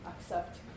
accept